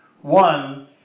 One